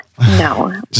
No